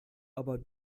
aber